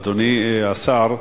אדוני השר,